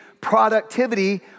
productivity